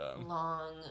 long